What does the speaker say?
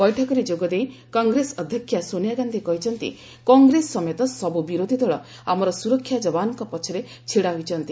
ବୈଠକରେ ଯୋଗଦେଇ କଂଗ୍ରେସ ଅଧ୍ୟକ୍ଷା ସୋନିଆ ଗାନ୍ଧୀ କହିଛନ୍ତି କଂଗ୍ରେସ ସମେତ ସବୁ ବିରୋଧୀ ଦଳ ଆମର ସ୍ୱରକ୍ଷା ଜବାନଙ୍କ ପଛରେ ଛିଡା ହୋଇଛନ୍ତି